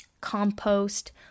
compost